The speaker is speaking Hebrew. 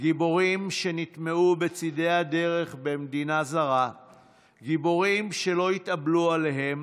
גיבורים שנטמנו בצידי הדרך במדינה זרה / גיבורים שלא התאבלו עליהם